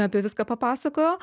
apie viską papasakojo